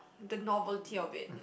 the novelty of it